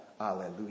Alleluia